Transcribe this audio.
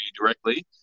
directly